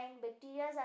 bacteria